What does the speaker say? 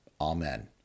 Amen